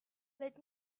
let